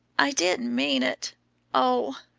i didn't mean it oh!